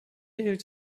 erhielt